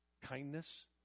Kindness